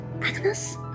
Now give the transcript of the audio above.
Agnes